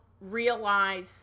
realize